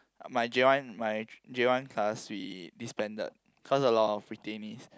my J one my J one class we disbanded cause a lot of retainees